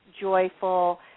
joyful